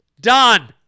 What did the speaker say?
Done